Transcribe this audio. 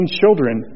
children